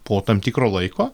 po tam tikro laiko